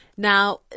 Now